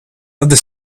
other